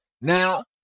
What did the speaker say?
Now